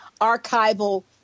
archival